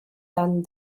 done